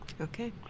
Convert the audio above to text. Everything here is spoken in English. Okay